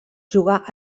jugà